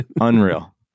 Unreal